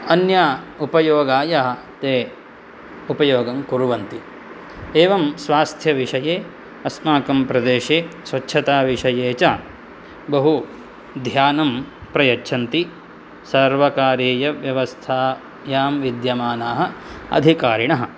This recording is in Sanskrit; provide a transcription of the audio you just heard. अन्य उपयोगाय ते उपयोगङ्कुर्वन्ति एवं स्वास्थ्यविषये अस्माकं प्रदेशे स्वच्छताविषये च बहुध्यानं प्रयच्छन्ति सर्वकारीयव्यवस्थायां विद्यमानाः अधिकारिणः